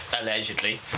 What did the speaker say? Allegedly